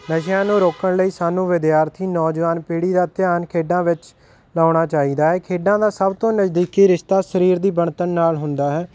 ਨਸ਼ਿਆਂ ਨੂੰ ਰੋਕਣ ਲਈ ਸਾਨੂੰ ਵਿਦਿਆਰਥੀ ਨੌਜਵਾਨ ਪੀੜ੍ਹੀ ਦਾ ਧਿਆਨ ਖੇਡਾਂ ਵਿੱਚ ਲਗਾਉਣਾ ਚਾਹੀਦਾ ਹੈ ਖੇਡਾਂ ਦਾ ਸਭ ਤੋਂ ਨਜ਼ਦੀਕੀ ਰਿਸ਼ਤਾ ਸਰੀਰ ਦੀ ਬਣਤਰ ਨਾਲ ਹੁੰਦਾ ਹੈ